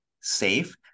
safe